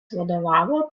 vadovavo